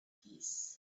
peace